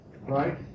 right